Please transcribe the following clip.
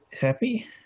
happy